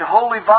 Holy